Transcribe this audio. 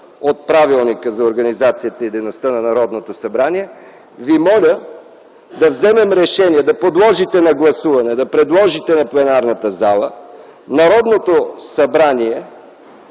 от Правилника за организацията и дейността на Народното събрание, Ви моля да вземем решение, да подложите на гласуване, да предложите на пленарната зала, Народното събрание